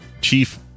chief